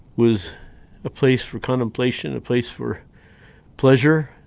was a place for contemplation, a place for pleasure,